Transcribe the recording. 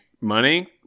money